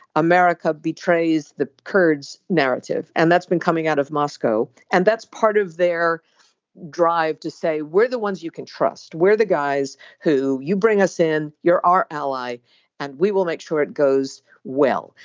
america betrays the kurds narrative and that's been coming out of moscow and that's part of their drive to say we're the ones you can trust where the guys who you bring us in you're our ally and we will make sure it goes well.